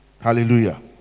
Hallelujah